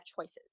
choices